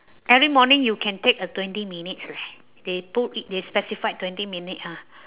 every morning you can take a twenty minutes leh they put it they specified twenty minutes ah